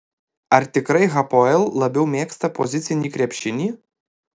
ar tikrai hapoel labiau mėgsta pozicinį krepšinį